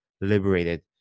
liberated